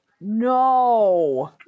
No